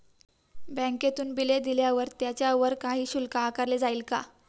बँकेतून बिले दिल्यावर त्याच्यावर काही शुल्क आकारले जाईल का?